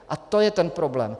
A to je ten problém.